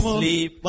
sleep